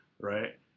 Right